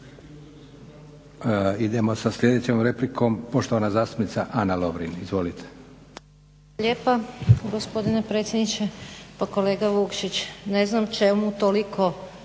Idemo sa sljedećom replikom. Poštovana zastupnica Ana Lovrin, izvolite. **Lovrin, Ana (HDZ)** Hvala lijepa gospodine predsjedniče. Pa kolega Vukšić ne znam čemu toliko